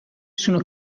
sono